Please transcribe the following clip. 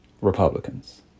Republicans